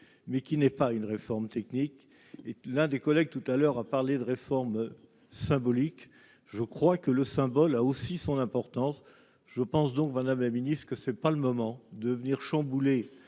mais qui n'est pas une réforme technique et l'un des collègues tout à l'heure à parler de réformes symboliques, je crois que le symbole a aussi son importance : je pense donc, Madame la Ministre, que c'est pas le moment de venir chambouler